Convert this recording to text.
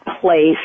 place